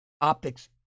optics